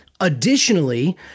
Additionally